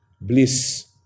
bliss